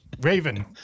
Raven